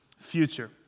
future